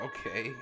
Okay